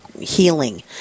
healing